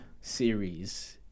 series